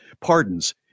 pardons